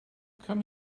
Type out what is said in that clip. come